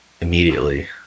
immediately